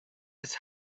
its